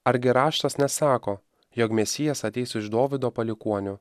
argi raštas nesako jog mesijas ateis iš dovydo palikuonių